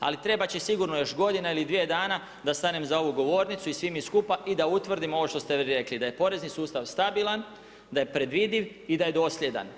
Ali trebat će sigurno još godina ili dvije dana da stanem za ovu govornicu i svi mi skupa i da utvrdimo ovo što ste rekli, da je porezni sustav stabilan, da je predvidiv i da je dosljedan.